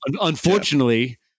unfortunately